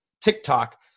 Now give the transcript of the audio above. TikTok